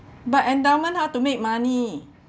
but endowment how to make money